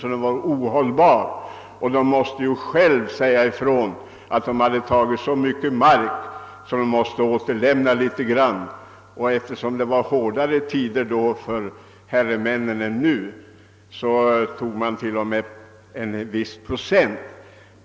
De var själva tvungna att medge att de hade tagit så mycket mark att en viss del måste återlämnas. Eftersom det då var hårdare tider för herremännen än nu tog man t.o.m. en viss procent.